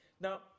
Now